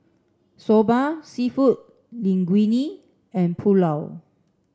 Soba Seafood Linguine and Pulao